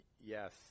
Yes